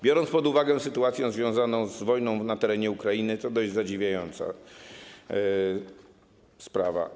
Biorąc pod uwagę sytuację związaną z wojną na terenie Ukrainy, to dość zadziwiająca sprawa.